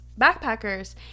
backpackers